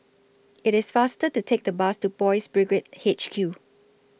IT IS faster to Take The Bus to Boys' Brigade H Q